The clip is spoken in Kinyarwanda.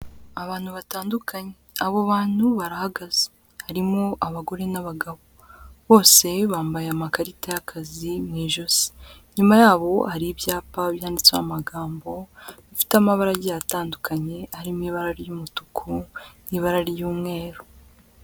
Abantu batandukanye. Abo bantu barahagaze. Harimo abagore n'abagabo. Bose bambaye amakarita y'akazi mu ijosi. Inyuma yabo hari ibyapa byanditseho amagambo, bifite amabara agiye atandukanye, harimo ibara ry'umutuku n'ibara ry'umweru.